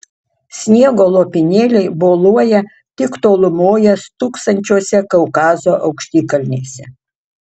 sniego lopinėliai boluoja tik tolumoje stūksančiose kaukazo aukštikalnėse